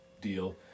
deal